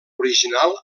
original